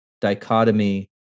dichotomy